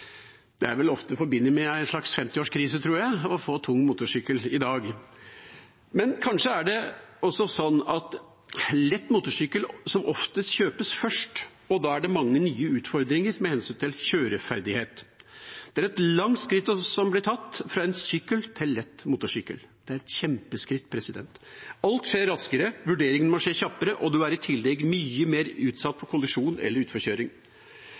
Det er vel ofte forbundet med en slags 50-årskrise å få tung motorsykkel i dag, tror jeg. Men kanskje er det også sånn at lett motorsykkel som oftest kjøpes først, og da er det mange nye utfordringer med hensyn til kjøreferdighet. Det er et langt skritt som blir tatt fra en sykkel til lett motorsykkel – det er et kjempeskritt. Alt skjer raskere, vurderingene må skje kjappere, og man er i tillegg mye mer utsatt for kollisjon eller utforkjøring.